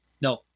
No